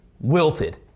wilted